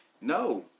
No